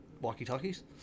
walkie-talkies